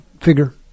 figure